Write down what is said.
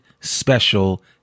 special